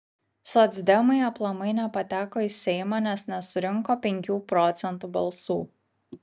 socdemai aplamai nepateko į seimą nes nesurinko penkių procentų balsų